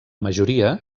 majoria